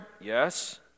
yes